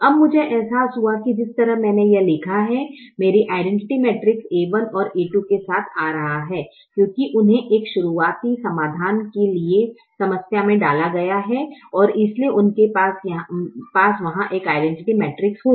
अब मुझे एहसास हुआ कि जिस तरह से मैंने यह लिखा है मेरी आइडैनटिटि मैट्रिक्स a1 और a2 के साथ आ रहा है क्योंकि उन्हें एक शुरुआती समाधान के लिए समस्या में डाला गया है और इसलिए उनके पास वहां एक आइडैनटिटि मैट्रिक्स होगा